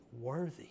worthy